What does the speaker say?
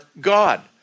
God